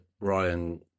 Ryan